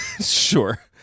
Sure